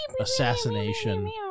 assassination